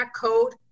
code